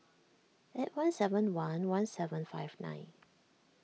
eight one seven one one seven five nine